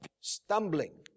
stumbling